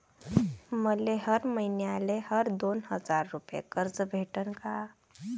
मले हर मईन्याले हर दोन हजार रुपये कर्ज भेटन का?